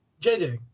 JJ